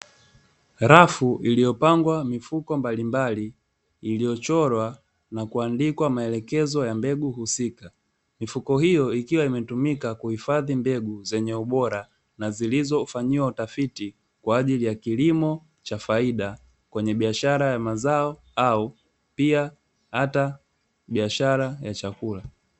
Rafu iliyo pangwa mifuko mbali mbali, iliyo chorwa na kuandikwa maelekezo ya mbegu husika, mifuko hiyo ikiwa imetumika kuhifadhi mbegu zenye ubora na zilizo fanyiwa utafiti kwaajili ya kilimo cha faida kwenye biashara ya mazao au pia ata biashara ya chakula